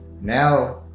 Now